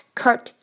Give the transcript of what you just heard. cut